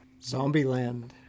Zombieland